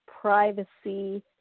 privacy